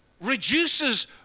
reduces